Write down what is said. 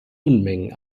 unmengen